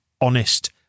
honest